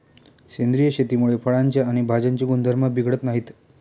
सेंद्रिय शेतीमुळे फळांचे आणि भाज्यांचे गुणधर्म बिघडत नाहीत